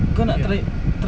K